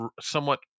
somewhat